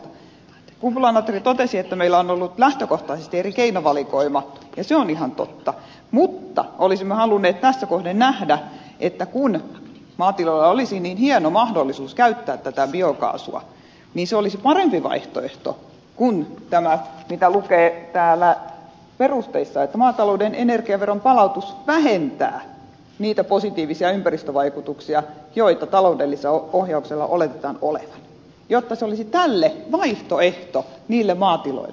kumpula natri totesi että meillä on ollut lähtökohtaisesti eri keinovalikoima ja se on ihan totta mutta olisimme halunneet tässä kohden nähdä että kun maatiloilla olisi niin hieno mahdollisuus käyttää tätä biokaasua niin se olisi parempi vaihtoehto kuin tämä mikä lukee täällä perusteissa että maatalouden energiaveron palautus vähentää niitä positiivisia ympäristövaikutuksia joita taloudellisella ohjauksella oletetaan olevan jotta se olisi tälle vaihtoehto niille maatiloille